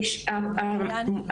כן.